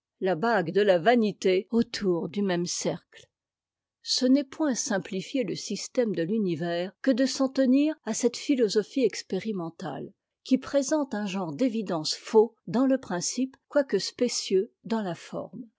la bague de la vanité autour du même cercle ce n'est point simplifier le système de l'univers que de s'en tenir à cette philosophie expérimentale qui présente un genre d'évidence faux dans le principe quoique spécieux dans la forme